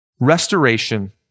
Restoration